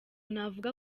navuga